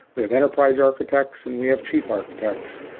we have enterprise architects and we have chief architects.